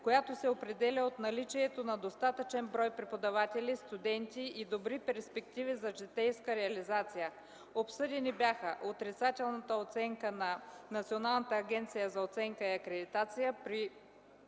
която се определя от наличието на достатъчен брой преподаватели, студенти и добри перспективи за житейска реализация. Обсъдени бяха: отрицателната оценка на Националната агенция за оценяване и акредитация при